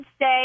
say